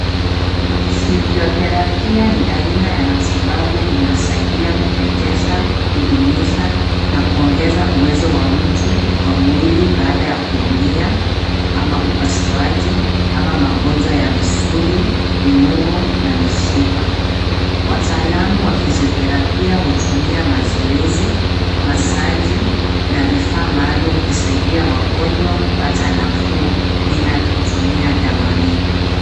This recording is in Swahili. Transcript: Fizioterapia ni aina ya matibabu inayosaidia kurejesha, kudumisha, na kuongeza uwezo wa mtu wa mwili baada ya kuhumia, ama upasuaji, ama magonjwa ya misuli, viungo, na mishipa. Wataalamu wa fizioterapia hutumia mazoezi, masaji, na vifaa maalum kusaidia wagonjwa kupata nafuu bila kutumia dawa nyingi.